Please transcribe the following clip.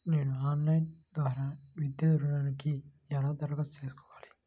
నేను ఆన్లైన్ ద్వారా విద్యా ఋణంకి ఎలా దరఖాస్తు చేసుకోవాలి?